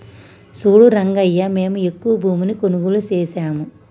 సూడు రంగయ్యా మేము ఎక్కువ భూమిని కొనుగోలు సేసాము